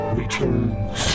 returns